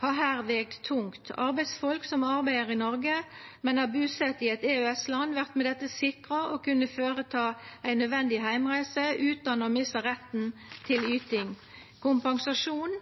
her vege tungt. Arbeidsfolk som arbeider i Noreg, men er busett i eit EØS-land, vert med dette sikra å kunna føreta ei nødvendig heimreise utan å mista retten til yting. Kompensasjon